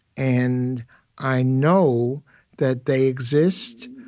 and i know that they exist.